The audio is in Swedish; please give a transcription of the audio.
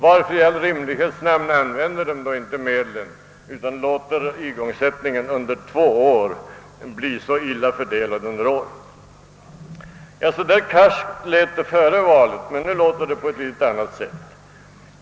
Varför i all rimlighets namn använder de inte medlet utan låter igångsättningen under två år bli så illa fördelad? Så karskt lät det före valet, men nu låter det på ett litet annorlunda sätt.